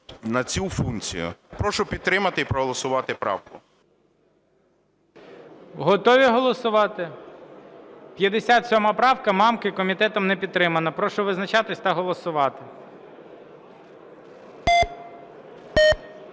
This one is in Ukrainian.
на цю функцію. Прошу підтримати і проголосувати правку. ГОЛОВУЮЧИЙ. Готові голосувати? 57 правка Мамки. Комітетом не підтримана. Прошу визначатись та голосувати.